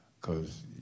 cause